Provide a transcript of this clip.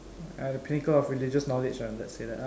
ah the pinnacle of religious knowledge lah let's say that lah